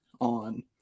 on